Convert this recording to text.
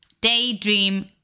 Daydream